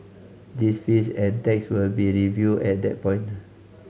these fees and tax will be reviewed at that point